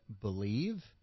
believe